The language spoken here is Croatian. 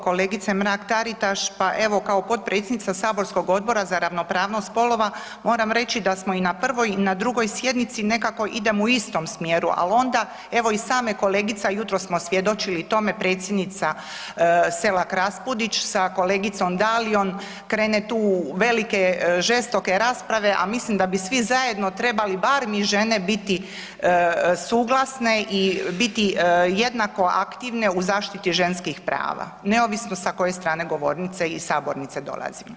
Kolegice Mrak-Taritaš, pa evo kao potpredsjednica saborskog Odbora za ravnopravnost spolova moram reći da smo i na prvoj i na drugoj sjednici nekako idemo u istom smjeru, al onda evo i same kolegica, jutros smo svjedočili tome, predsjednica Selak Raspudić sa kolegicom Dalijom krene tu u velike žestoke rasprave, a mislim da bi svi zajedno trebali bar mi žene biti suglasne i biti jednako aktivne u zaštiti ženskih prava neovisno sa koje strane govornice i sabornice dolazimo.